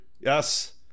Yes